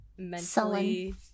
mentally